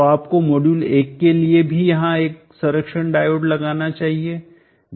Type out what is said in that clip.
तो आपको मॉड्यूल 1 के लिए भी यहां एक संरक्षण डायोड लगाना चाहिए